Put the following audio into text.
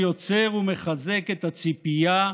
שיוצר ומחזק את הציפייה,